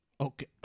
Okay